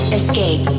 escape